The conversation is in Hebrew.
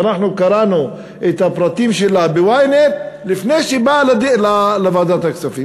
ואנחנו קראנו את הפרטים שלה ב-ynet לפני שבאה לוועדת הכספים.